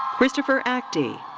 christopher actie.